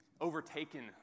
overtaken